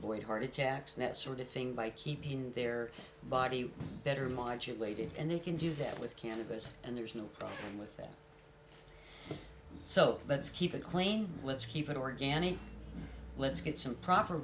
void heart attacks that sort of thing by keeping their body better margit waited and they can do that with cannabis and there's no problem with that so let's keep it clean let's keep it organic let's get some proper